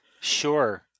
Sure